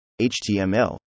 HTML